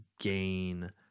gain